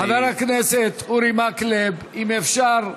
חבר הכנסת אורי מקלב, אם אפשר.